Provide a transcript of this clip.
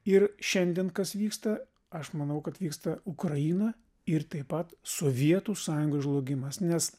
ir šiandien kas vyksta aš manau kad vyksta ukraina ir taip pat sovietų sąjungos žlugimas nes